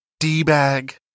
D-bag